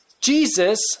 Jesus